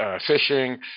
fishing